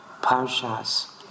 Parshas